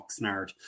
Oxnard